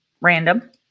random